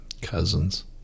Cousins